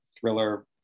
thriller